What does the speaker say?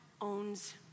owns